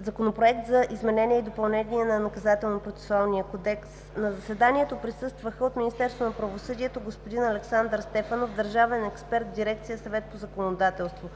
Законопроект за изменение и допълнение на Наказателно-процесуалния кодекс. На заседанието присъстваха: от Министерството на правосъдието г-н Александър Стефанов – държавен експерт в дирекция „Съвет по законодателство“;